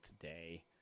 today